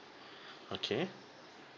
okay